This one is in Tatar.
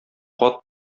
кат